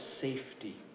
safety